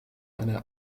أنا